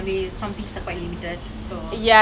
and I went to tokyo disneyland it was so fun